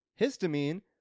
Histamine